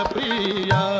Priya